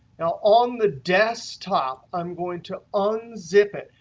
now, on the desktop i'm going to unzip it.